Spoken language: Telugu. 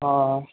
ఆ